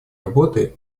работы